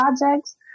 projects